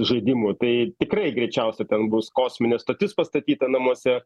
žaidimų tai tikrai greičiausia bus kosminė stotis pastatyta namuose